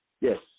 Yes